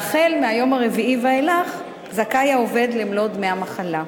והחל מהיום הרביעי ואילך זכאי העובד למלוא דמי המחלה.